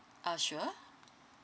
uh sure